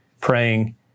Praying